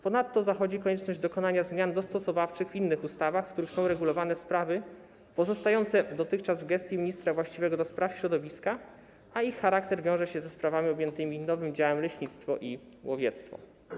Ponadto zachodzi konieczność dokonania zmian dostosowawczych w innych ustawach, w których są regulowane sprawy pozostające dotychczas w gestii ministra właściwego do spraw środowiska, a ich charakter wiąże się ze sprawami objętymi nowym działem leśnictwo i łowiectwo.